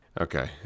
Okay